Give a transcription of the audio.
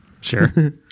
Sure